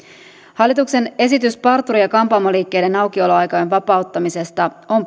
hallituksen esitys parturi ja kampaamoliikkeiden aukioloaikojen vapauttamisesta on